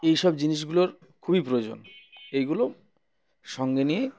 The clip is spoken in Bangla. এই সব জিনিসগুলোর খুবই প্রয়োজন এইগুলো সঙ্গে নিয়েই